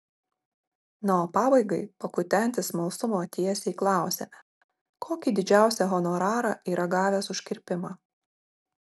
na o pabaigai pakutenti smalsumo tiesiai klausiame kokį didžiausią honorarą yra gavęs už kirpimą